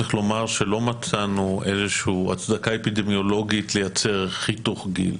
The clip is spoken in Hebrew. צריך לומר שלא מצאנו איזושהי הצדקה אפידמיולוגית לייצר חיתוך גיל.